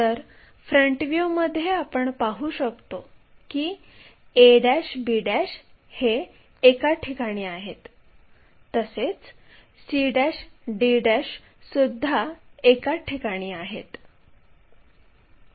तर फ्रंट व्ह्यूमध्ये आपण पाहू शकतो की a b हे एका ठिकाणी आहेत तसेच c d सुद्धा एका ठिकाणी आहेत